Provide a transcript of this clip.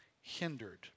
hindered